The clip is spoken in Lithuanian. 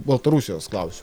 baltarusijos klausi